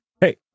hey